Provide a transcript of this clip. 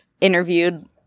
interviewed